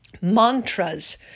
Mantras